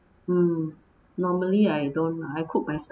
um normally I don't lah I cook myself